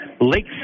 Lake